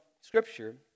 Scripture